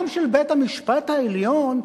גם של בית-המשפט העליון,